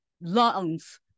lungs